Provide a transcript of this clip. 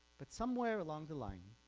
but somewhere along the line,